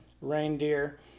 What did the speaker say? reindeer